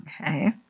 Okay